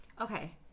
Okay